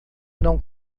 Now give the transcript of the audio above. não